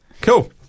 Cool